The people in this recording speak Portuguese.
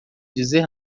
dizer